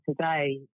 today